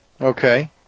Okay